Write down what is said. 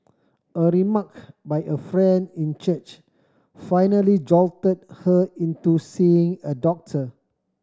a remark by a friend in church finally jolted her into seeing a doctor